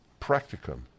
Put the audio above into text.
Practicum